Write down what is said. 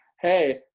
Hey